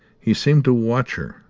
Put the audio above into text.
he seemed to watch her,